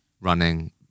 running